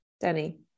denny